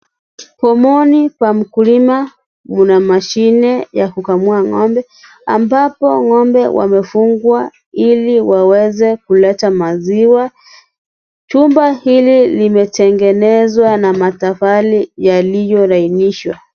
Pomoni pa mkulima kuna mashine ya kukamua ng'ombe. Ambapo ng'ombe wamefungwa ili waweze kuleta maziwa. Jumba hili limetengenezwa na matofali yaliyo lainishwa.